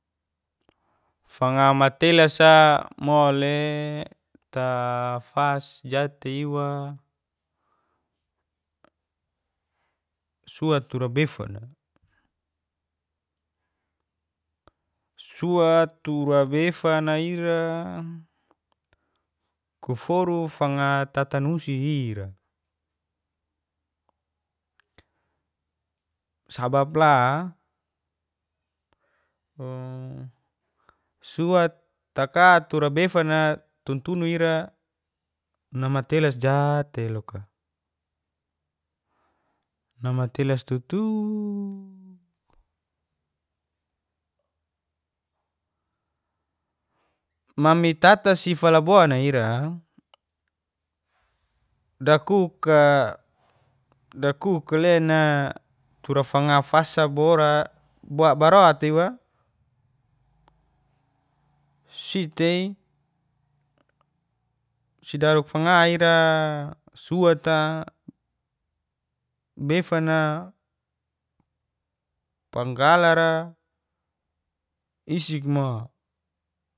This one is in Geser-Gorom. Fanga matelasa mole ta fas jat'te iwa, suat tura befana. Suat tura befana ira kaforu fanga tatanusi i'ra. sabap la suat tak tura befana tuntunu ira namatelas jat'tei loka, namatelas tutu. Mami tata si falabona ira dakuka dakuka alena tura fanga fasa bora barot iwa si tei, si daruk fanga ira suata, befan, panggalar isik mo.